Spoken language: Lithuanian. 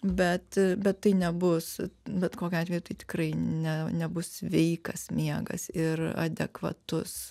bet bet tai nebus bet kokiu atveju tai tikrai ne nebus sveikas miegas ir adekvatus